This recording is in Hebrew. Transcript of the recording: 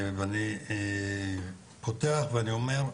אני פותח ואני אומר,